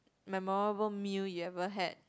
memorable meal you ever had